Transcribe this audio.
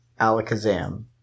Alakazam